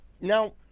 Now